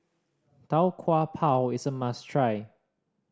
Tau Kwa Pau is a must try